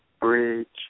Bridge